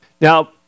Now